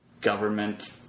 government